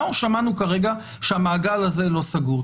שמענו כרגע שהמעגל הזה לא סגור.